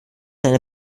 seine